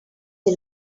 die